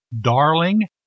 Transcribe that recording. Darling